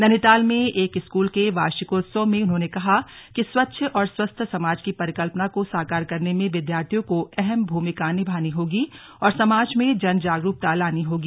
नैनीताल में एक स्कूल के वार्षिकोत्सव में उन्होंने कहा कि स्वच्छ और स्वस्थ समाज की परिकल्पना को साकार करने में विद्यार्थियों को अहम भूमिका निभानी होगी और समाज में जनजागरूकता लानी होगी